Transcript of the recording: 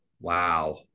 wow